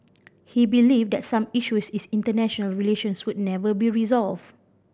he believed that some issues in international relations would never be resolved